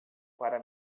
para